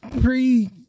pre